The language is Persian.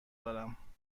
دارم